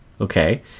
Okay